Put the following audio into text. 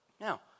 Now